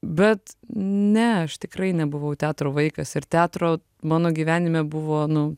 bet ne aš tikrai nebuvau teatro vaikas ir teatro mano gyvenime buvo nu